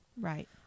Right